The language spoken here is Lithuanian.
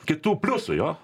kitų pliusų jo